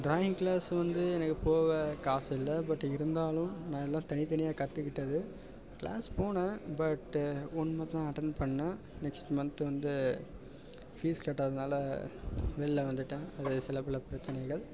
drawing class வந்து எனக்கு போக காசு இல்லை பட் இருந்தாலும் நான் எல்லாம் தனித் தனியாக கற்றுக்கிட்டது க்ளாஸ் போனேன் பட் ஒன் மந்த் தான் அட்டெண்ட் பண்ணேன் நெக்ஸ்ட் மந்த்து வந்து ஃபீஸ் கட்டாததுதுனால் வெளியில் வந்துவிட்டேன் சில பல பிரச்சனைகள்